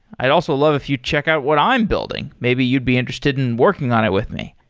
i'd also love if you check out what i'm building. maybe you'd be interested in working on it with me.